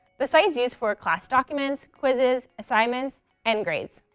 the site is used for class documents, quizzes, assignments and grades.